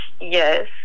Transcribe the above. yes